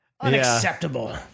unacceptable